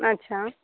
अच्छा